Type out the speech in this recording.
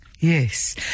Yes